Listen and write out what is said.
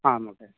ಹಾಂ ಓಕೆ